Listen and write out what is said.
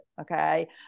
Okay